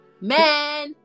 Man